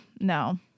no